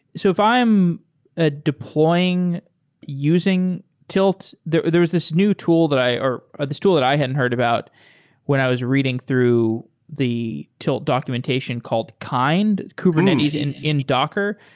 so if i am ah deploying using tilt, there there is this new tool that i or or this tool that i hadn't heard about when i was reading through the tilt documentation called kind, kubernetes and in docker.